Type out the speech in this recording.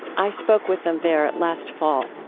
i spoke with them there last fall